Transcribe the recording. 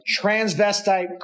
transvestite